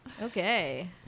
Okay